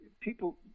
people